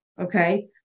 okay